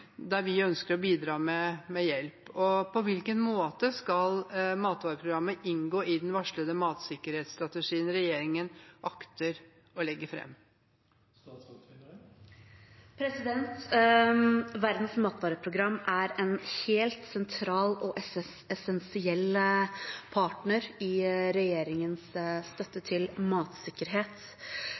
der vi ønsker å bidra med hjelp. På hvilken måte skal matvareprogrammet inngå i den varslede matsikkerhetsstrategien regjeringen akter å legge frem? Verdens matvareprogram er en helt sentral og essensiell partner i regjeringens støtte til matsikkerhet.